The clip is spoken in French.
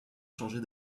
changer